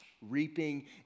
Reaping